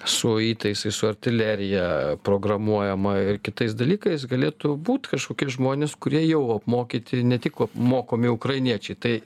su įtaisais su artilerija programuojama ir kitais dalykais galėtų būt kažkokie žmonės kurie jau apmokyti ne tik o mokomi ukrainiečiai tai